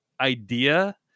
idea